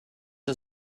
der